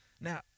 Now